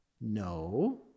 No